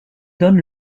donne